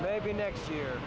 maybe next year